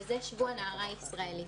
והוא שבוע הנערה הישראלית.